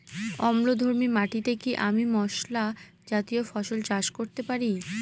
অম্লধর্মী মাটিতে কি আমি মশলা জাতীয় ফসল চাষ করতে পারি?